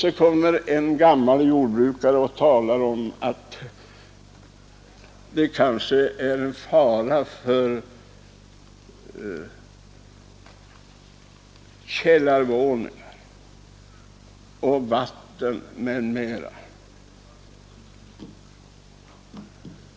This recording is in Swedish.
Sedan kommer det en gammal jordbrukare och talar om att den och den åtgärden kanske är en fara för källarvåning och vatten etc.